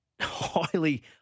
highly